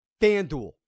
FanDuel